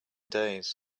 days